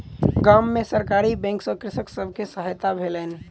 गाम में सरकारी बैंक सॅ कृषक सब के सहायता भेलैन